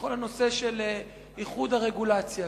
בכל הנושא של איחוד הרגולציה.